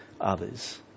others